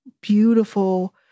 beautiful